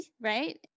right